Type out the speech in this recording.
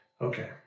Okay